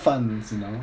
funds you know